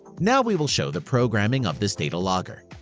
now we will show the programming of this data logger.